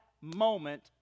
moment